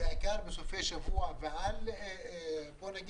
בעיקר בסופי שבוע ובואו נגיד,